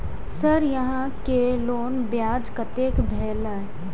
Sir यहां के loan ब्याज कतेक भेलेय?